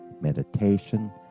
meditation